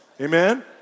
Amen